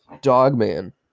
Dogman